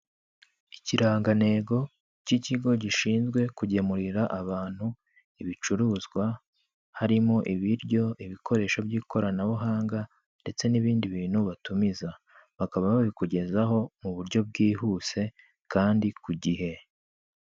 Ikirangantego cy'ikigo gishinzwe kugemurira abantu ibicuruzwa harimo ibiryo, ibikoresho by'ikoranabuhanga ndetse n'ibindi bintu batumiza, bakaba babikugezaho mu buryo bwihuse kandi ku gihe.